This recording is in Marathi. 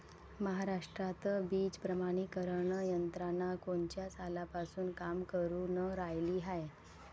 महाराष्ट्रात बीज प्रमानीकरण यंत्रना कोनच्या सालापासून काम करुन रायली हाये?